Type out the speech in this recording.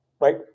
right